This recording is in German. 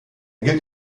gilt